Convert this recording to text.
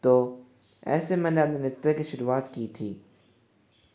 तो ऐसे मैंने अपने नृत्य की शुरुआत की थी